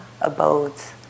abodes